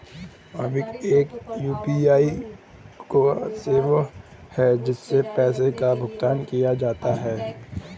MobiKwik एक UPI की सेवा है, जिससे पैसे का भुगतान किया जाता है